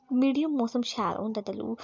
medium मौसम शैल होंदा